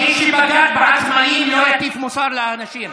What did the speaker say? מי שבגד בעצמאים לא יטיף מוסר לאנשים.